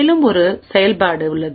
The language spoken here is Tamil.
மேலும் பல செயல்பாடுகள் உள்ளன